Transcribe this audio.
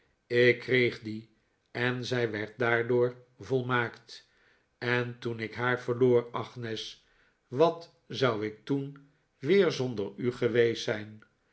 ik kreeg die en zij werd daardoor volmaakt en toen ik haar verloor agnes wat zou ik toen weer zonder u geweest zijn